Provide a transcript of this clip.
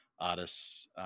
artists